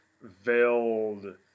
veiled